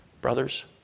Brothers